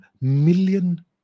million